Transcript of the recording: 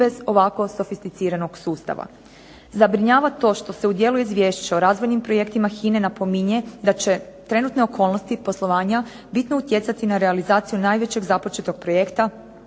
bez ovako sofisticiranog sustava. Zabrinjava to što se u dijelu izvješća o razvojnim projektima HINA-e napominje da će trenutne okolnosti poslovanja bitno utjecati na realizaciju najvećeg započetog projekta